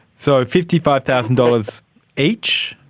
so fifty five thousand dollars each?